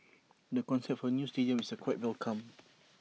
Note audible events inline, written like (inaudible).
(noise) the concept of A new stadium is quite welcome